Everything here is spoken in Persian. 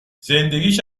زندگیش